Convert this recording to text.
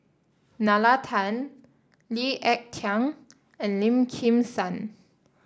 Nalla Tan Lee Ek Tieng and Lim Kim San